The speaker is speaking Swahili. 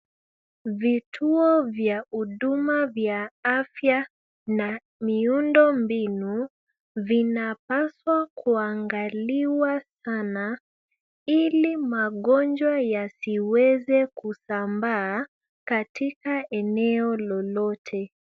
Vituo vya huduma vya afya na miundo mbinu, vinapaswa kuangaliwa sana ili magonjwa yasiweze kusambaa katika eneo lolote.